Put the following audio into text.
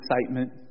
excitement